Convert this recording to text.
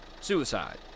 Suicide